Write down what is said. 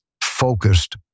focused